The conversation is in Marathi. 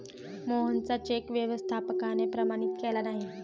मोहनचा चेक व्यवस्थापकाने प्रमाणित केला नाही